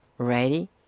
ready